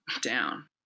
down